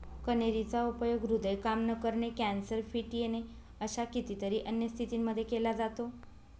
कन्हेरी चा उपयोग हृदय काम न करणे, कॅन्सर, फिट येणे अशा कितीतरी अन्य स्थितींमध्ये केला जातो